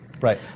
right